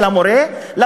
המשכורת של המורה בישראל,